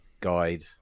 guide